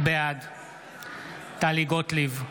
בעד טלי גוטליב,